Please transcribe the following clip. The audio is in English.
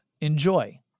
Enjoy